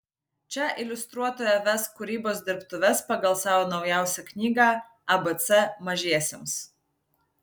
čia iliustruotoja ves kūrybos dirbtuves pagal savo naujausią knygą abc mažiesiems